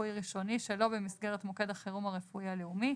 רפואי ראשוני שלא במסגרת מוקד החירום הרפואי הלאומי,